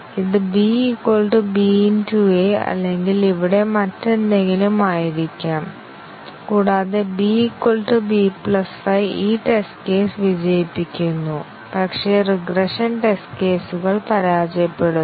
ഇത് b b a അല്ലെങ്കിൽ ഇവിടെ മറ്റെന്തെങ്കിലും ആയിരിക്കാം കൂടാതെ b b 5 ഈ ടെസ്റ്റ് കേസ് വിജയിപ്പിക്കുന്നു പക്ഷേ റിഗ്രഷൻ ടെസ്റ്റ് കേസുകൾ പരാജയപ്പെടുന്നു